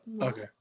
Okay